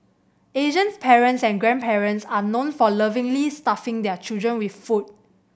Asians parents and grandparents are known for lovingly stuffing their children with food